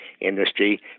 industry